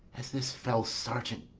as this fell sergeant,